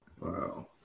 Wow